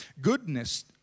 goodness